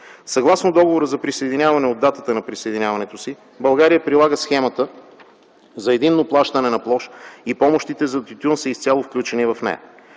Съгласно Договора за присъединяване от датата на присъединяването си България прилага схемата за единно плащане на площ и помощите за тютюн са изцяло включени в нея.